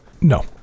No